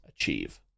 achieve